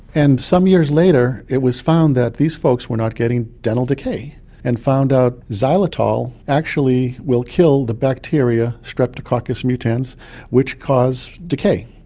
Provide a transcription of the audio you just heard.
and some years later it was found that these folks were not getting dental decay and found out that xylitol actually will kill the bacteria streptococcus mutans which cause decay.